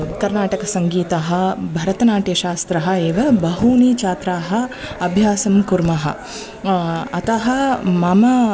कर्नाटकसङ्गीतः भरतनाट्यशास्त्रः एव बहूनि छात्राः अभ्यासं कुर्मः अतः मम